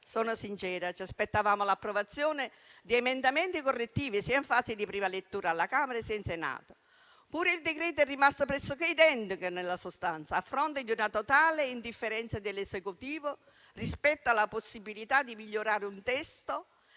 Sono sincera, ci aspettavamo l'approvazione di emendamenti correttivi, sia in fase di prima lettura alla Camera sia in Senato. Il decreto-legge è rimasto pressoché identico nella sostanza, a fronte di una totale indifferenza dell'Esecutivo rispetto alla possibilità di migliorare un testo